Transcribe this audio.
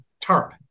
tarp